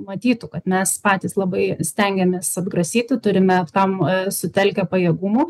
matytų kad mes patys labai stengiamės atgrasyti turime ap tam e sutelkę pajėgumų